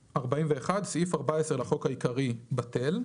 "41.סעיף 14 לחוק העיקרי, בטל."